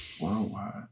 worldwide